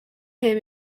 him